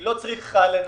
היא לא צריכה לנהל,